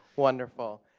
wonderful,